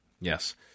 Yes